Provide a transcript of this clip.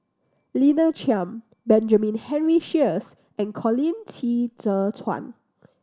Lina Chiam Benjamin Henry Sheares and Colin Qi Zhe Quan